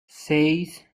seis